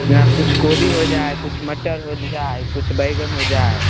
जेना किछु कोबी हो जाइ किछु मटर हो जाइ किछु बैगन हो जाइ